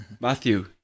Matthew